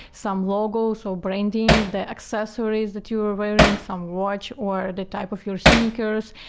some logos or branding, the accessories that you are wearing, some watch or the type of your sneakers.